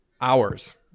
hours